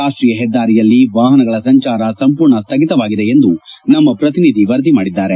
ರಾಷ್ಷೀಯ ಹೆದ್ದಾರಿಯಲ್ಲಿ ವಾಹನಗಳ ಸಂಚಾರ ಸಂಪೂರ್ಣ ಸ್ಥಗಿತವಾಗಿದೆ ಎಂದು ನಮ್ನ ಶ್ರತಿನಿಧಿ ವರದಿ ಮಾಡಿದ್ದಾರೆ